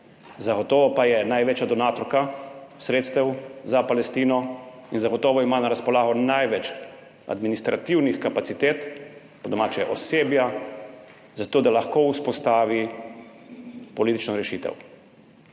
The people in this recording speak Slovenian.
zagotovo pa je največja donatorka sredstev za Palestino in zagotovo ima na razpolago največ administrativnih kapacitet, po domače osebja, za to, da lahko vzpostavi politično rešitev.